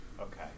okay